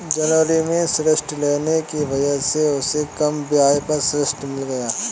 जनवरी में ऋण लेने की वजह से उसे कम ब्याज पर ऋण मिल गया